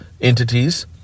entities